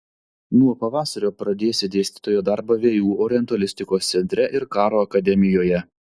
nuo pavasario pradėsi dėstytojo darbą vu orientalistikos centre ir karo akademijoje